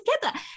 together